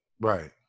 Right